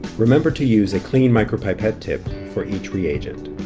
remember to use a clean micropipette tip for each reagent.